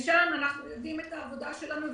משם אנחנו יודעים את העבודה שלנו,